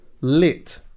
lit